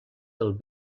del